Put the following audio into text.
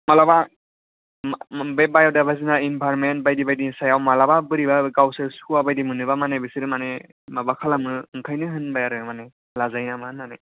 मालाबा बे बाय'दायबारसिथि इनभायरनमेन्ट बायदि बायदिनि सायाव मालाबा बोरैबा गावसोर सुखुवा बायदि मोनोबा माने बिसोर माने माबा खालामो ओंखायनो होनबाय आरो माने लाजायो नामा होननानै